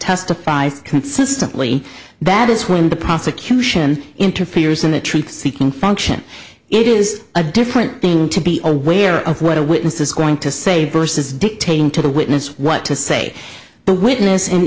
testifies consistently that is when the prosecution interferes in the truth seeking function it is this is a different thing to be aware of what a witness is going to say versus dictating to the witness what to say the witness and